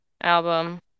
album